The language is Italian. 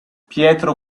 pietro